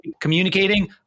communicating